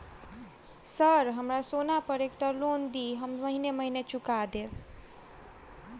Sir हमरा सोना पर एकटा लोन दिऽ हम महीने महीने चुका देब?